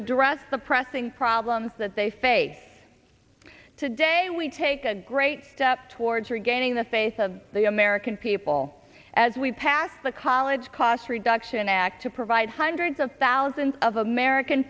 address the pressing problems that they face today we take a great step towards regaining the faith of the american people as we passed the college cost reduction act to provide hundreds of thousands of american